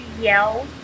yell